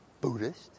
Buddhist